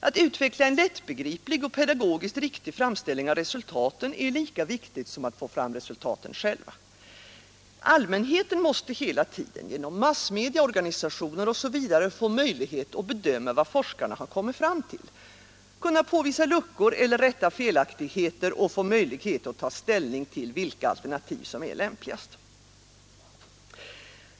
Att utveckla en lättbegriplig, pedagogiskt riktig framställning av resultaten är lika viktigt som att få fram resultaten själva. Allmänheten måste hela tiden — genom massmedia, organisationer etc. — få möjlighet att bedöma vad forskarna har kommit fram till, kunna påvisa luckor eller rätta felaktigheter och få möjlighet att ta ställning till vilka alternativ som är lämpligast.